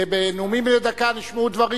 ובנאומים בני דקה נשמעו דברים.